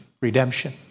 redemption